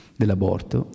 dell'aborto